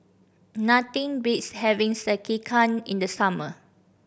nothing beats having Sekihan in the summer